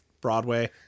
Broadway